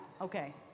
okay